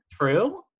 True